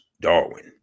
Darwin